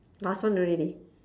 last one already